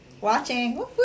watching